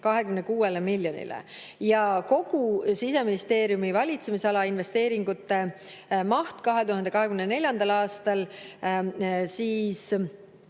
26 miljonile ja kogu Siseministeeriumi valitsemisala investeeringute maht 2024. aastal